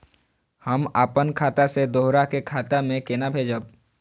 हम आपन खाता से दोहरा के खाता में केना भेजब?